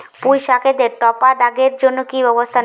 পুই শাকেতে টপা দাগের জন্য কি ব্যবস্থা নেব?